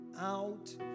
out